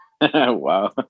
Wow